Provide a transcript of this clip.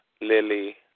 Lily